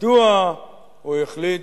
מדוע הוא החליט,